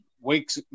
weeks